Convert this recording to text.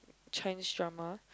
Chinese drama